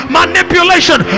manipulation